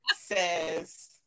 says